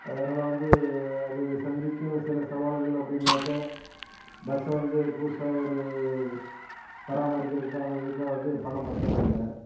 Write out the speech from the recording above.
அதனால் வந்து அது சந்திக்கும் சில சவால்கள் அப்படினாக்கா பஸ்ஸை வந்து புதுசாக ஒரு பராமரிக்கிறக்காவது இதுக்காவது பணம் பற்றறுதில்ல